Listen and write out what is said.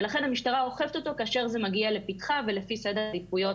ולכן המשטרה אוכפת אותו כאשר זה מגיע לפתחה ולפי סדר העדיפויות